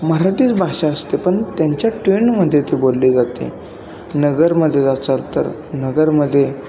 मराठीच भाषा असते पण त्यांच्या ट्रेंडमध्ये ती बोलली जाते नगरमध्ये जाचाल तर नगरमध्ये